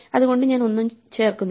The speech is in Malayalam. അതുകൊണ്ടു ഞാൻ ഒന്നും ചേർക്കുന്നില്ല